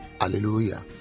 Hallelujah